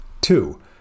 Two